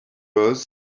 was